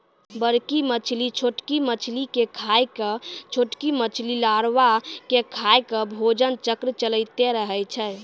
बड़की मछली छोटकी मछली के खाय के, छोटकी मछली लारवा के खाय के भोजन चक्र चलैतें रहै छै